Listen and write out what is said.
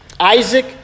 Isaac